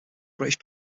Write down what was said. british